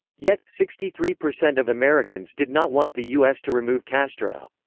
yet, sixty three percent of americans did not want the us to remove castro.